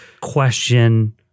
question